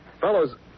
Fellows